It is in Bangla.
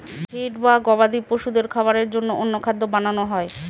ফিড বা গবাদি পশুদের খাবারের জন্য অন্য খাদ্য বানানো হয়